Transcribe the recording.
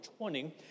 20